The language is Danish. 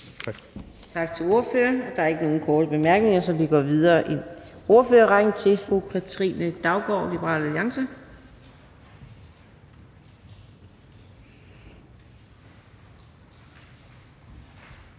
Tak til ordføreren. Der er ingen korte bemærkninger, så vi går videre i ordførerrækken til fru Karin Liltorp fra Moderaterne.